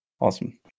Awesome